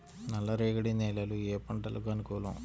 నల్లరేగడి నేలలు ఏ పంటలకు అనుకూలం?